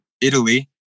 Italy